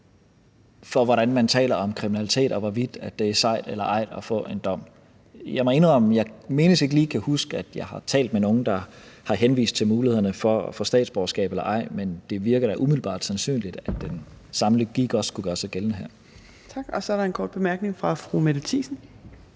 for, hvordan man taler om kriminalitet, og hvorvidt det er sejt eller ej at få en dom. Jeg må indrømme, at jeg ikke lige kan huske, at jeg har talt med nogen, der har henvist til mulighederne for at få statsborgerskab eller ej, men det virker da umiddelbart sandsynligt, at den samme logik også skulle gøre sig gældende her. Kl. 13:37 Fjerde næstformand (Trine Torp):